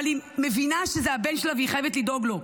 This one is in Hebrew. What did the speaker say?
אבל היא מבינה שזה הבן שלה והיא חייבת לדאוג לו.